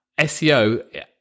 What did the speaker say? seo